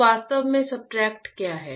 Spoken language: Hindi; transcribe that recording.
तो वास्तव में सब्सट्रेट क्या है